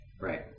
Right